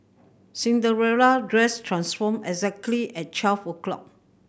Cinderella dress transformed exactly at twelve o'clock